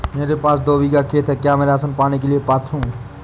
मेरे पास दो बीघा खेत है क्या मैं राशन पाने के लिए पात्र हूँ?